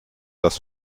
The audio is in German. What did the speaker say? das